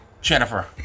Jennifer